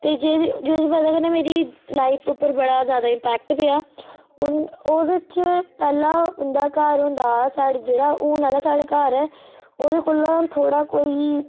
ते जेह्दी बजह कन्नै मेरी लाइफ उप्पर बड़ा ज्यादा इम्पैक्ट पेआ और ओह्दे च पैहला उंदा घर हुंदा हा साढ़े जेह्ड़ा हुन आह्ला जेह्ड़ा साढ़ा घर ऐ ओह्दे कौला थोह्ड़ा कोई